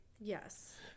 Yes